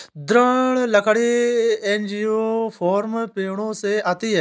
दृढ़ लकड़ी एंजियोस्पर्म पेड़ों से आती है